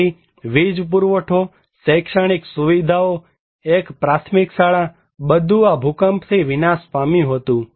તેથી વીજ પુરવઠો શૈક્ષણિક સુવિધાઓ એક પ્રાથમિક શાળા બધું આ ભૂકંપથી વીનાશ પામ્યું હતું